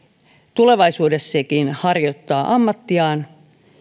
tulevaisuudessakin harjoittaa ammattiaan